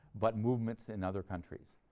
but movements in other countries.